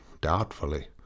doubtfully